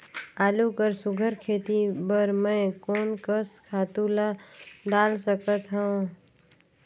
आलू कर सुघ्घर खेती बर मैं कोन कस खातु ला डाल सकत हाव?